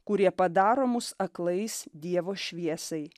kurie padaro mus aklais dievo šviesai